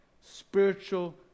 spiritual